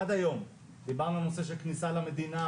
עד היום דיברנו על נושא של כניסה למדינה,